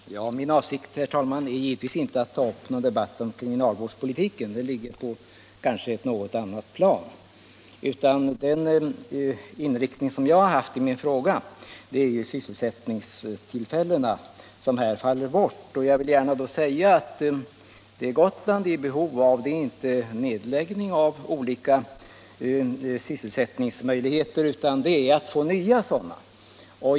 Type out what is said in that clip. Herr talman! Min avsikt är givetvis inte att ta upp någon debatt om kriminalvårdspolitiken. Det är ett problem som ligger på ett annat plan. Jag har i min fråga inriktat mig på de sysselsättningstillfällen som faller bort. Jag vill då gärna säga att vad Gotland är i behov av är inte en minskning av sysselsättningsmöjligheterna utan nya sådana.